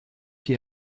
die